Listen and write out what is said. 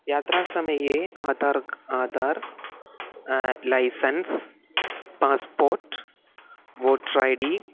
यात्रा समये Aadhaar Aadhaar licence passport voter I D